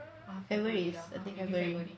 february I think february